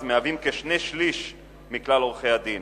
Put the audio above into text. מהווה כשני-שלישים מכלל עורכי-הדין,